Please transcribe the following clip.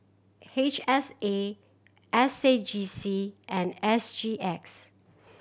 H S A S A J C and S G X